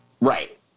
Right